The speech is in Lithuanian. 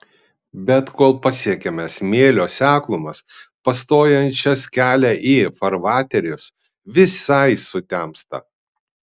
bet kol pasiekiame smėlio seklumas pastojančias kelią į farvaterius visai sutemsta